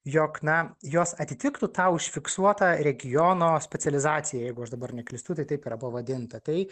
jog na jos atitiktų tą užfiksuotą regiono specializaciją jeigu aš dabar neklystu tai taip yra pavadinta tai